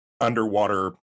underwater